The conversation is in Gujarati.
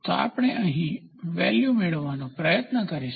તો આપણે અહીં વેલ્યુ મેડવવાનો પ્રયત્ન કરીશું